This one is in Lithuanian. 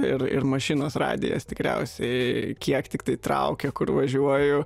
ir ir mašinos radijas tikriausiai kiek tik tai traukia kur važiuoju